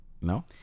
No